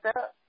up